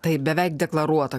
taip beveik deklaruota